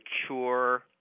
mature